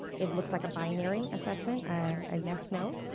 it looks like a binary assessment, a yes no,